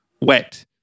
wet